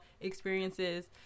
experiences